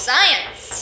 Science